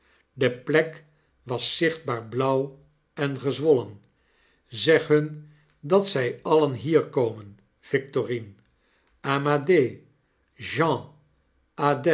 de plek was zichtbaar blauw en gezwollen zeg hun dat zij alien hier komen victorine amadee jean